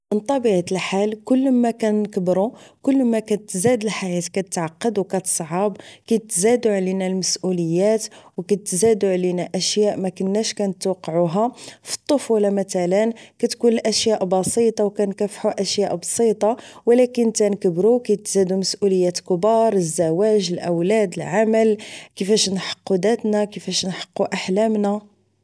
من طبيعة الحال كلما كنكبرو كلما كتزاد الحياة كتعقد و كتصعاب كيتزاد علينا المسؤوليات كيتزادو علينا اشياء ماكناش كنتوقعوها في الطفولة مثلا كتكون الاشياء بسيطة كنكافحو اشياء بسيطة كنكبرو كيتزادو المسؤوليات كبار الزواج الاولاد العمل كيفاش نحققو داتنا كيفاش نحققو احلامنا